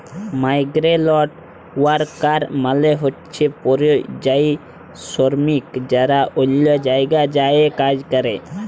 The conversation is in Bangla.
মাইগেরেলট ওয়ারকার মালে হছে পরিযায়ী শরমিক যারা অল্য জায়গায় যাঁয়ে কাজ ক্যরে